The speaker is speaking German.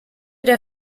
der